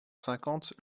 cinquante